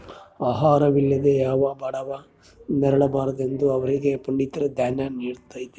ಆಹಾರ ವಿಲ್ಲದೆ ಯಾವ ಬಡವ ನರಳ ಬಾರದೆಂದು ಅವರಿಗೆ ಪಡಿತರ ದಾನ್ಯ ನಿಡ್ತದ